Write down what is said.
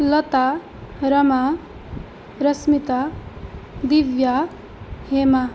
Lata Rama Rashmita Divya Hema